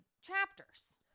chapters